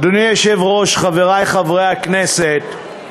אדוני היושב-ראש, חברי חברי הכנסת,